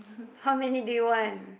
how many do you want